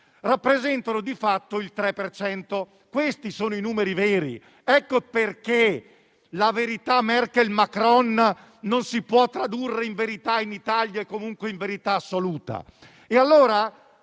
rappresentano di fatto il 3 per cento. Questi sono i numeri veri. Ecco perché la verità Merkel-Macron non si può tradurre in verità in Italia e comunque in verità assoluta.